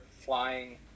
flying